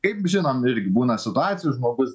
kaip žinom irgi būna situacijų žmogus